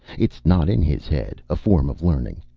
it's not in his head, a form of learning.